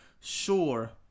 sure